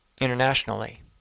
internationally